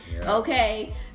okay